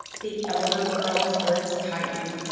the elder girl's lips tightened.